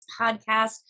podcast